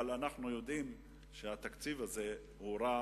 אבל אנחנו יודעים שהתקציב הזה הוא רע